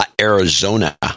Arizona